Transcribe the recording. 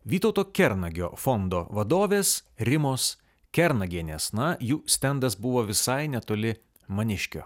vytauto kernagio fondo vadovės rimos kernagienės na jų stendas buvo visai netoli maniškio